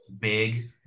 big